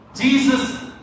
Jesus